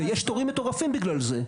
ויש תורים מטורפים בגלל זה,